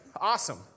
Awesome